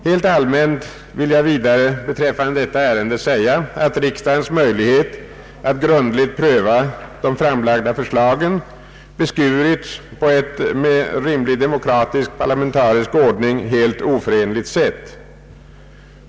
Helt allmänt vill jag vidare beträffande detta ärende säga att riksdagens möjlighet att grundligt pröva de framlagda förslagen beskurits på ett med rimlig demokratisk parlamentarisk ordning helt oförenligt sätt.